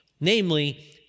namely